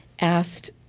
asked